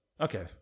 Okay